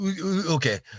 okay